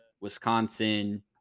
Wisconsin